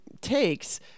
takes